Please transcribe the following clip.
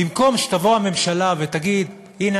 במקום שתבוא הממשלה ותגיד: הנה,